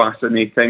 fascinating